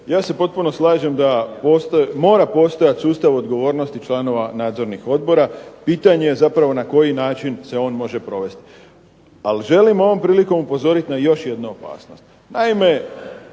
ja se potpuno slažem da postoje, mora postojati sustav odgovornosti članova nadzornih odbora. Pitanje je zapravo na koji način se on može provesti. Ali želim ovom prilikom upozoriti na još jednu opasnost.